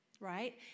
right